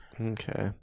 Okay